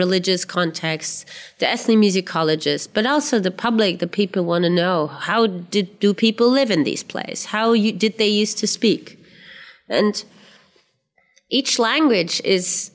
religious contexts the ethnic music colleges but also the public the people want to know how do people live in these place how you did they used to speak and each language is